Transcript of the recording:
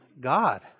God